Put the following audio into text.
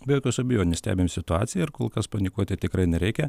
be jokios abejonės stebim situaciją ir kol kas panikuoti tikrai nereikia